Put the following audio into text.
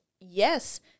Yes